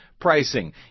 pricing